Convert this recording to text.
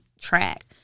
track